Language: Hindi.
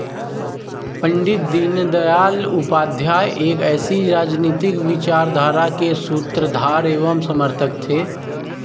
पण्डित दीनदयाल उपाध्याय एक ऐसी राजनीतिक विचारधारा के सूत्रधार एवं समर्थक थे